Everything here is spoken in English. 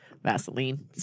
Vaseline